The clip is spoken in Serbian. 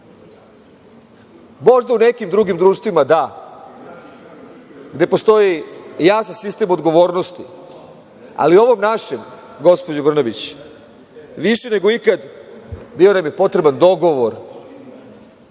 Možda u nekim drugim društvima da, gde postoji jasan sistem odgovornosti, ali ovom našem, gospođo Brnabić, više nego ikad bio nam je potreban dogovor. Divni